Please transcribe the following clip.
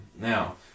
Now